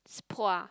spoa